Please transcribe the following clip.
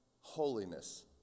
holiness